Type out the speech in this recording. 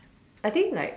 I think like